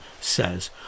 says